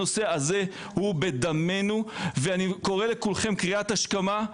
הנושא הזה הוא בדמנו ואני קורא לכולכם קריאת השכמה.